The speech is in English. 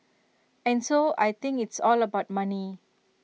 and so I think it's all about money